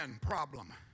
problem